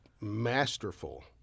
masterful